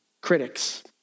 critics